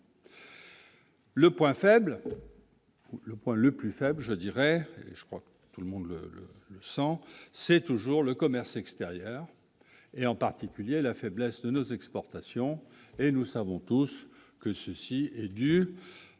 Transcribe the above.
Le point faible, le point le plus faible, je dirais, je crois que tout le monde le le sang, c'est toujours le commerce extérieur et en particulier la faiblesse de nos exportations et nous savons tous que ceci est dû